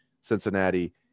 Cincinnati